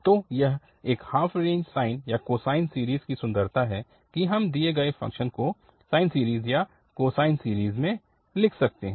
तो यह इस हाफ रेंज साइन या कोसाइन सीरीज़ की सुंदरता है कि हम दिए गए फ़ंक्शन को साइन सीरीज़ या कोसाइन सीरीज़ में लिख सकते हैं